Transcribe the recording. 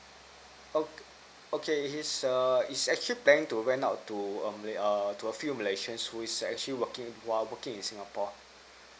ok~ okay he's err he's actually plan to rent out to a malay err to a few malaysians who is actually working who are working in singapore